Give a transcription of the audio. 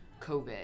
COVID